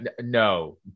No